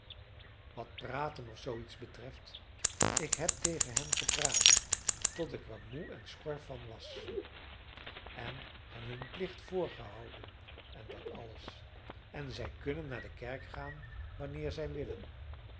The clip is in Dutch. wat praten of zoo iets betreft ik heb tegen hen gepraat tot ik er moe en schor van was en hen hun plicht voorgehouden en dat alles en zij kunnen naar de kerk gaan wanneer zij willen